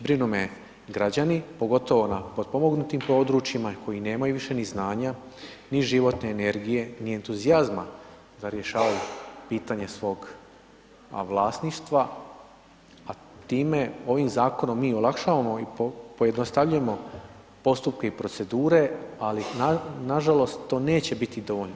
Brinu me građani, pogotovo na potpomognutim područjima, koji nemaju više ni znanja, ni životne energije ni entuzijazma da rješavaju pitanje svog vlasništva, a time ovim zakonom mi olakšavamo i pojednostavljujemo postupke i procedure, ali nažalost, to neće biti dovoljno.